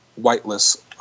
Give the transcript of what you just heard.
whitelist